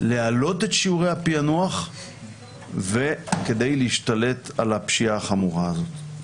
להעלות את שיעורי הפיענוח כדי להשתלט על הפשיעה החמורה הזו.